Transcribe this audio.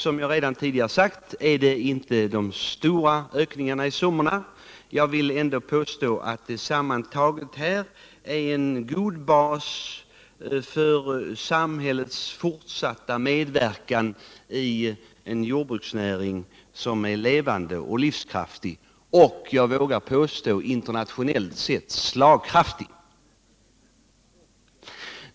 Som jag redan tidigare sagt finns det inte några stora anslagsökningar, men jag vill ändå påstå att de sammantagna är en god bas för samhällets fortsatta medverkan i en jordbruksnäring som är levande och livskraftig och, vågar jag påstå, internationellt sett slagkraftig.